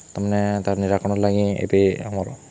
ତା'ମାନେ ତାର୍ ନିରାକରଣ୍ ଲାଗି ଏବେ ଆମର୍